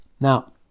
Now